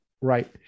Right